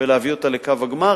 ולהביא אותה לקו הגמר,